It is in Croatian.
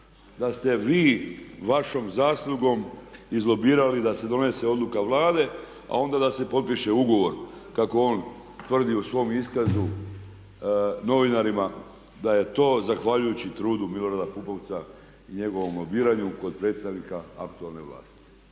da ste vi vašom zaslugom izlobirali da se donese odluka Vlade a onda da se i potpiše ugovor kako on tvrdi u svom iskazu novinarima da je to zahvaljujući trudu Milorada Pupovca i njegovom lobiranju kod predstavnika aktualne vlasti.